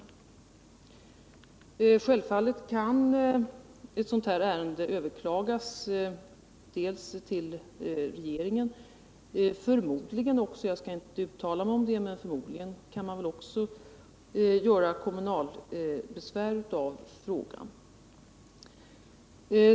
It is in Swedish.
Självfallet kan ett sådant ärende överklagas till regeringen. Förmodligen kan man också vända sig till kommunen med besvär, men jag vill inte uttala mig bestämt på den punkten.